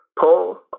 pull